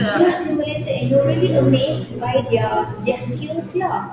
ya stimulated and you are really amazed by their their skills lah